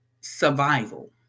survival